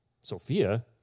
Sophia